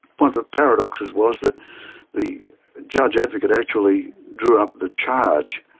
one of the paradoxes was that the judge advocate actually drew up the charge,